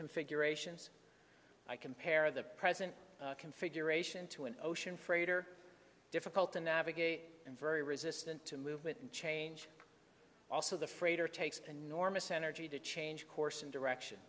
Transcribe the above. configurations i compare the present configuration to an ocean freighter difficult to navigate and very resistant to movement change also the freighter takes enormous energy to change course and direction